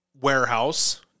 warehouse